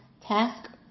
Task